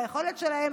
ביכולת שלהם